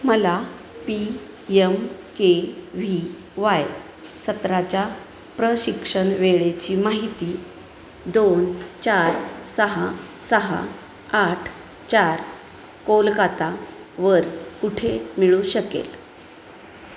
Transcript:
मला P M K V Y सत्राच्या प्रशिक्षण वेळेची माहिती दोन चार सहा सहा आठ चार कोलकातावर कुठे मिळू शकेल